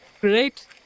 great